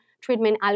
treatment